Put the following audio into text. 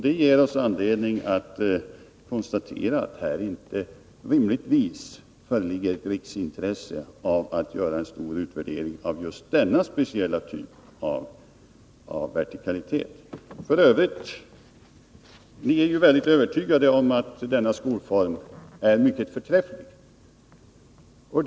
Det ger oss anledning att konstatera att det här rimligtvis inte föreligger ett riksintresse av att göra en stor utvärdering av just denna speciella typ av vertikalisering. Ni är tydligen övertygade om att denna skolform är mycket förträfflig.